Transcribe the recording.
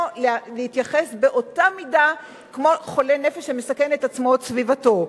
להתייחס באותה מידה כמו לחולה נפש שמסכן את עצמו או את סביבתו.